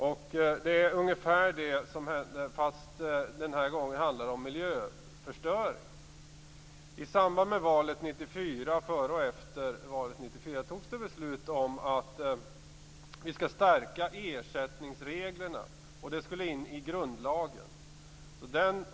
Och det är ungefär detta som händer fast det denna gång handlar om miljöförstöring. Före och efter valet 1994 fattades det beslut om att vi skall stärka ersättningsreglerna och att de skulle föras in i grundlagen.